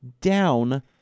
down